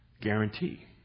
guarantee